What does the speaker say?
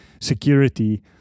security